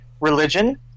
religion